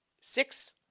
Six